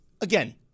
again